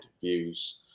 views